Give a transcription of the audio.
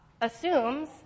assumes